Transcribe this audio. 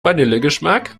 vanillegeschmack